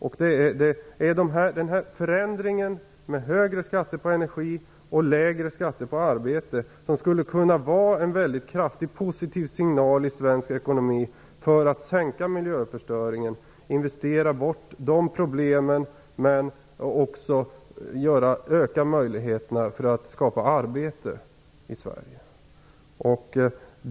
Det är den här förändringen, med högre skatter på energi och lägre skatter på arbete, som skulle kunna vara en kraftig positiv signal i svensk ekonomi för att minska miljöförstöringen, investera bort de problemen, men också öka möjligheterna för att skapa arbete i Sverige.